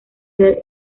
ser